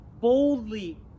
boldly